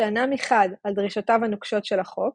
שיענה מחד על דרישותיו הנוקשות של החוק,